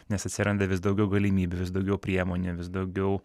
nes atsiranda vis daugiau galimybių vis daugiau priemonių vis daugiau